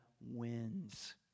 wins